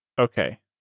Okay